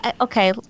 okay